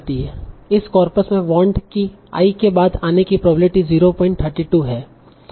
इस कार्पस में want की i के बाद आने की प्रोबेबिलिटी 032 है